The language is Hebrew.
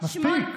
מספיק.